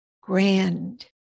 grand